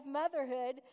motherhood